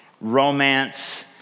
romance